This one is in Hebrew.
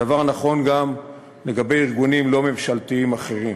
הדבר נכון גם לגבי ארגונים לא ממשלתיים אחרים.